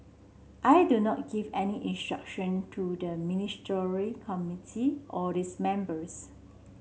I do not give any instruction to the Ministry Committee or its members